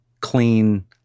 clean